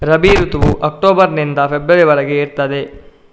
ರಬಿ ಋತುವು ಅಕ್ಟೋಬರ್ ನಿಂದ ಫೆಬ್ರವರಿ ವರೆಗೆ ಇರ್ತದೆ